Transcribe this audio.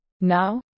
Now